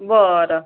बरं